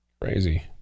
Crazy